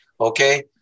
okay